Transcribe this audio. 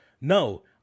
No